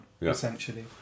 essentially